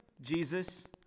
Jesus